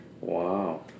Wow